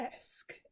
desk